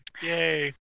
Yay